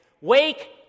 Wake